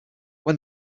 when